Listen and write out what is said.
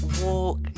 walk